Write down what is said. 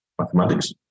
mathematics